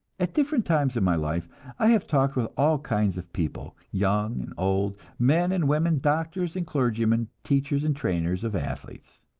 at different times in my life i have talked with all kinds of people, young and old, men and women, doctors and clergymen, teachers and trainers of athletes,